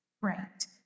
right